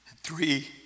three